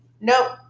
Nope